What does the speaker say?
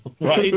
right